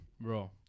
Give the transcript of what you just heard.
Bro